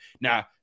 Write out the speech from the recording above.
Now